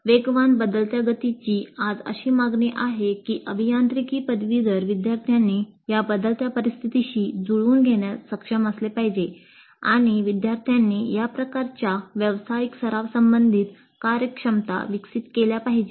वेगवान बदलत्या तंत्रज्ञानाची आज अशी मागणी आहे की अभियांत्रिकी पदवीधर विद्यार्थ्यांनी या बदलत्या परिस्थितीशी जुळवून घेण्यास सक्षम असले पाहिजे आणि विद्यार्थ्यांनी या प्रकारच्या व्यावसायिक सराव संबंधित कार्यक्षमता विकसित केल्या पाहिजेत